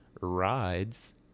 rides